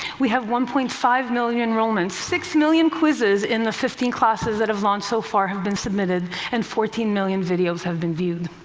we have one point five million enrollments, six million quizzes in the fifteen classes that have launched so far have been submitted, and fourteen million videos have been viewed.